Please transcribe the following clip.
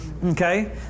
Okay